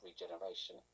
regeneration